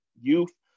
youth